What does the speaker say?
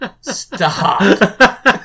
Stop